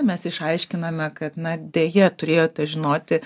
mes išaiškiname kad na deja turėjote žinoti